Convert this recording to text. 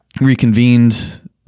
reconvened